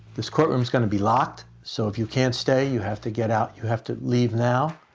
this courtroom is going to be locked. so if you can't stay, you have to get out. you have to leave now.